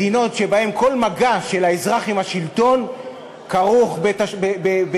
הן מדינות שבהן כל מגע של האזרח עם השלטון כרוך בשלמונים.